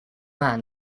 man